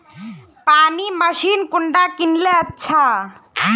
पानी मशीन कुंडा किनले अच्छा?